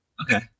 okay